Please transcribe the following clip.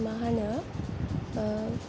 मा होनो